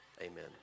Amen